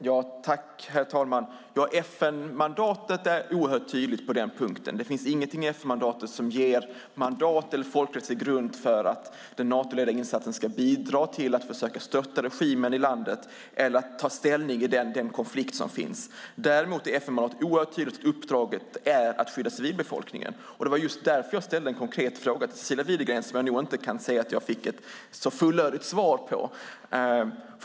Herr talman! Ja, FN-mandatet är oerhört tydligt på den punkten. Det finns ingenting i FN-mandatet som ger mandat eller folkrättslig grund för att den Natoledda insatsen ska bidra till att försöka störta regimen i landet eller ta ställning i den konflikt som finns. Däremot är FN-mandatet oerhört tydligt, att uppdraget är att skydda civilbefolkningen. Det var just därför jag ställde en konkret fråga till Cecilia Widegren som jag nog inte kan säga att jag fick ett så fullödigt svar på.